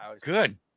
good